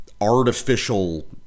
artificial